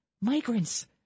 Migrants